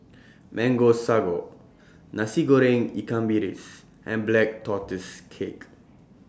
Mango Sago Nasi Goreng Ikan Bilis and Black Tortoise Cake